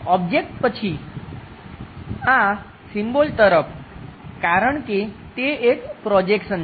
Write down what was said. object પછી આ symbol તરફ કારણ કે તે એક પ્રોજેક્શન છે